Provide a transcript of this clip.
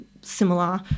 similar